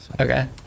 Okay